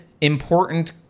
important